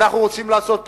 אנחנו רוצים לעשות,